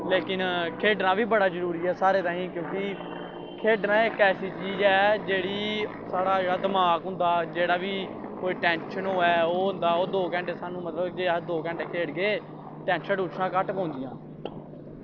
लेकिन खेढना बी बड़ा जरूरी ऐ साढ़े ताहीं क्योंकि खेढना इक ऐसी चीज़ ऐ जेह्ड़ी साढ़ा जेह्ड़ा दमाग होंदा जेह्ड़ा बी कोई टैंशन होऐ ओह् होंदा दो घैंटे सानूं जे अस दो घैंट खेढगे टैंशनां टुंशनां घट्ट पौंदियां